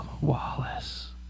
Wallace